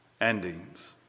endings